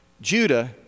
Judah